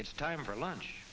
it's time for lunch